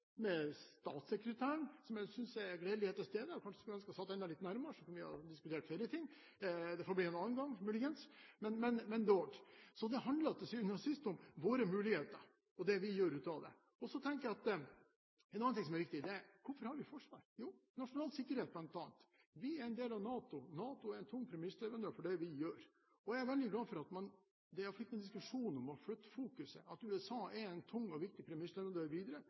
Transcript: med statssekretæren – jeg synes det er gledelig at han er til stede, jeg skulle ønske at han satt enda litt nærmere, så kunne vi ha diskutert flere ting. Det får bli en annen gang, muligens. Det handler til syvende og sist om våre muligheter og det vi gjør ut av det. Så tenker jeg at en annen ting som er viktig, er: Hvorfor har vi et forsvar? Jo, på grunn av nasjonal sikkerhet bl.a. Vi er en del av NATO. NATO er en tung premissleverandør for det vi gjør. Jeg er veldig glad for at det i alle fall ikke er en diskusjon om å flytte fokuset, at USA er en tung og viktig premissleverandør videre